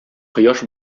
кояш